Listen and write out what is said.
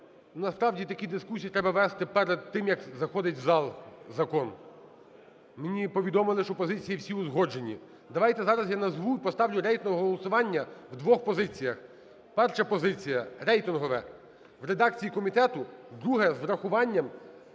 насправді такі дискусії треба вести перед тим, як заходить в зал закон. Мені повідомили, що позиції всі узгоджені. Давайте зараз я назву і поставлю рейтингове голосування в двох позиціях. Перша позиція: рейтингове в редакції комітету, друга: з врахуванням